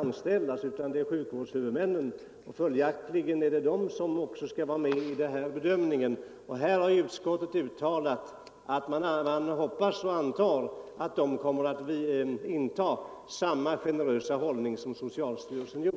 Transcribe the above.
anställer läkarna och sjuksköterskorna utan det är de olika sjukvårdshuvudmännen, och följaktligen skall också de vara med i denna bedömning. Utskottet har uttalat att det utgår från att sjukvårdshuvudmännen kommer att inta samma generösa hållning som socialstyrelsen gjort.